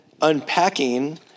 unpacking